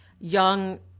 young